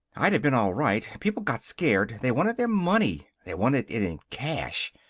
i'd have been all right. people got scared. they wanted their money. they wanted it in cash.